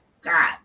God